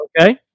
Okay